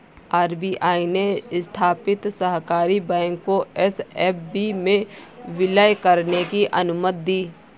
RBI ने स्थापित सहकारी बैंक को एस.एफ.बी में विलय करने की अनुमति दी